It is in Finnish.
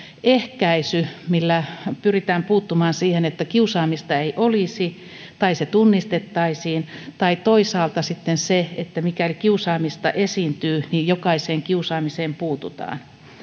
ehkäisy millä pyritään puuttumaan siihen että kiusaamista ei olisi tai se tunnistettaisiin tai toisaalta sitten siihen että mikäli kiusaamista esiintyy niin jokaiseen kiusaamiseen puututaan